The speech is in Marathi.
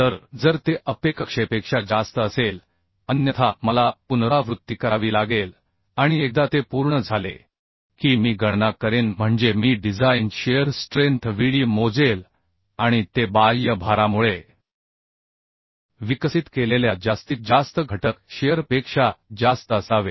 तर जर ते अपेकक्षेपेक्षा जास्त असेल अन्यथा मला पुनरावृत्ती करावी लागेल आणि एकदा ते पूर्ण झाले की मी गणना करेन म्हणजे मी डिझाइन शिअर स्ट्रेंथ Vd मोजेल आणि ते बाह्य भारामुळे विकसित केलेल्या जास्तीत जास्त घटक शिअर पेक्षा जास्त असावे